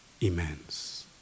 immense